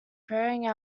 bearing